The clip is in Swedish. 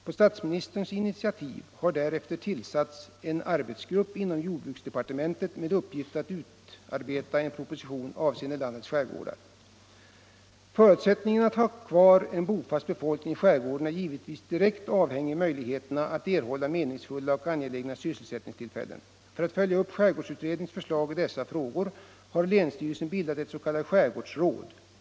På statsministerns initiativ har därefter tillsatts en arbetsgrupp inom jordbruksdepartementet med uppgift att utarbeta en proposition avseende landets skärgårdar. Förutsättningarna för att ha kvar en bofast befolkning i skärgården är givetvis direkt avhängiga av möjligheterna att erhålla meningsfulla och angelägna sysselsättningstillfällen. För att följa upp skärgårdsutredningens förslag i dessa frågor har länsstyrelsen bildat ett s.k. skärgårdsråd.